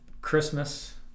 Christmas